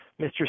Mr